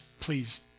please